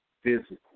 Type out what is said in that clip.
physical